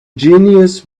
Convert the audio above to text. genies